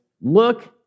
look